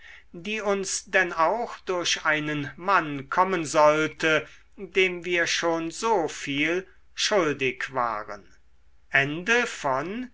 die uns denn auch durch einen mann kommen sollte dem wir schon so viel schuldig waren